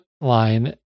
line